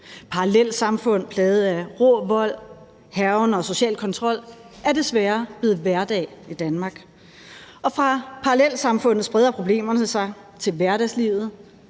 Parallelsamfund plaget af rå vold, hærgen og social kontrol er desværre blevet hverdag i Danmark, og fra parallelsamfundet spreder problemerne sig til hverdagslivet,